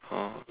oh